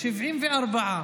74,